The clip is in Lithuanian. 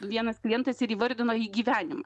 vienas klientas ir įvardino į gyvenimą